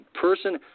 person